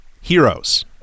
heroes